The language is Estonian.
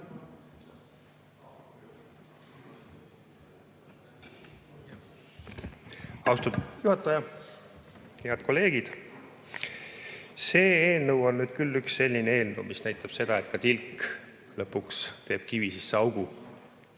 Austatud juhataja! Head kolleegid! See eelnõu on nüüd küll üks selline eelnõu, mis näitab seda, et ka tilk teeb lõpuks kivi sisse augu.